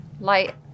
Light